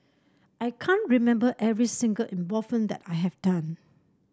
I can't remember every single involvement that I have done